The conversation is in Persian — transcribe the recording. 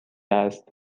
است